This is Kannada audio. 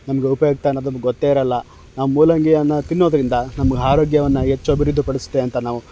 ನಮಗೆ ಉಪಯುಕ್ತ ಅನ್ನೋದು ನಮ್ಗೆ ಗೊತ್ತೇ ಇರೋಲ್ಲ ಆ ಮೂಲಂಗಿಯನ್ನು ತಿನ್ನೋದರಿಂದ ನಮ್ಗೆ ಆರೋಗ್ಯವನ್ನು ಹೆಚ್ಚು ಅಭಿವೃದ್ಧಿಪಡಿಸುತ್ತೆ ಅಂತ ನಾವು